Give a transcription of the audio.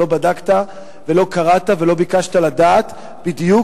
שלא בדקת ולא קראת ולא ביקשת לדעת בדיוק